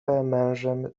mężem